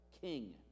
king